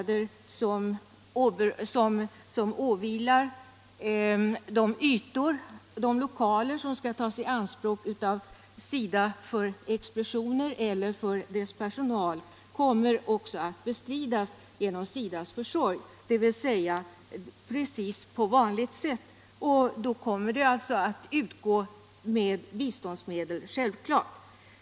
De kostnader som åvilar de lokaler som skall tas i anspråk av SIDA för expeditioner eller för dess personal kommer att bestridas genom SIDA:s försorg, dvs. precis på vanligt sätt. Då kommer kostnaderna självfallet att utgå ur biståndsmedel.